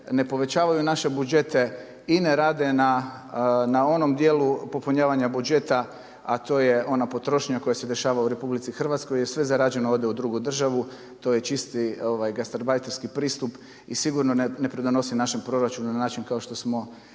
ne povećavaju naše budžete i ne rade na onom dijelu popunjavanju budžeta, a to je ona potrošnja koja se dešava u RH, jer sve zarađeno ode u drugu državu i to je čisti gastarbajterski pristup i sigurno ne doprinosi našem proračunu na način kao što mi